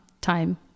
time